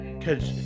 cause